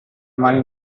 mani